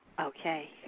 Okay